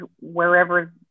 wherever